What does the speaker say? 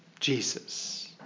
Jesus